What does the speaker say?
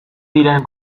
diren